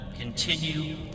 continue